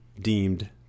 Deemed